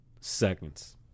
seconds